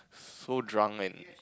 so drunk and